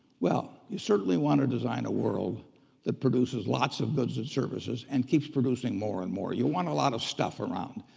well, you certainly wanna design a world that produces lots of goods and services and keeps producing more and more. you want a lot of stuff around.